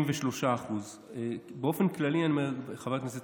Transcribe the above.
63%. באופן כללי, אני אומר, חברת הכנסת